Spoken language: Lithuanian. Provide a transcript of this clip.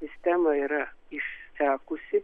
sistema yra išsekusi